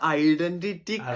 identity